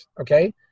okay